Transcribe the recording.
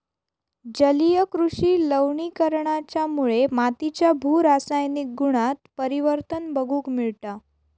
जलीय कृषि लवणीकरणाच्यामुळे मातीच्या भू रासायनिक गुणांत परिवर्तन बघूक मिळता